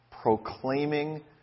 proclaiming